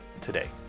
today